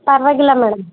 ಪರವಾಗಿಲ್ಲ ಮೇಡಮ್